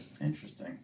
interesting